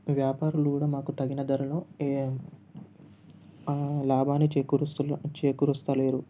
వ్యాపారులు కూడా మాకు తగిన ధరలు వేయరు లాభాన్ని చేకూరుస్తలేరు చేకూరుస్తలేరు